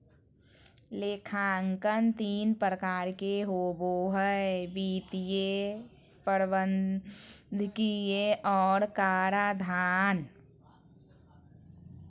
लेखांकन तीन प्रकार के होबो हइ वित्तीय, प्रबंधकीय और कराधान